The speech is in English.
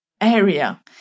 area